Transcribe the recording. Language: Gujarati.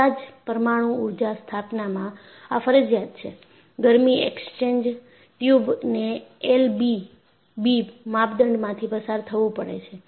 બધા જ પરમાણુ ઉર્જા સ્થાપનામાં આ ફરજિયાત છે ગરમી એક્સ્ચેન્જર ટ્યુબને એલ બી બી માપદંડમાંથી પસાર થવું પડે છે